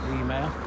email